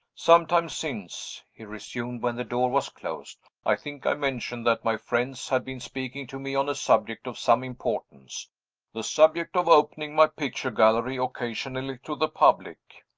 some time since, he resumed, when the door was closed, i think i mentioned that my friends had been speaking to me on a subject of some importance the subject of opening my picture gallery occasionally to the public.